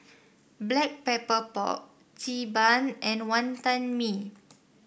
Black Pepper Pork Xi Ban and Wonton Mee